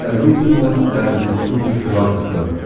ah rumi was a sufi philosopher,